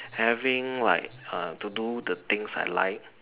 having like uh to do the things I like